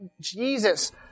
Jesus